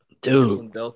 Dude